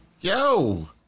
Yo